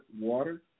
water